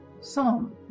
Psalm